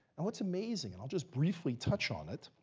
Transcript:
and what's amazing, and i'll just briefly touch on it,